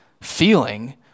feeling